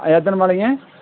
ஆ எத்தனை மாலைங்க